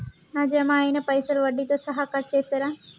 నా జమ అయినా పైసల్ వడ్డీతో సహా కట్ చేస్తరా?